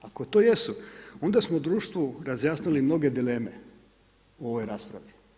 Ako to jesu onda smo u društvu razjasnili mnoge dileme u ovoj raspravi.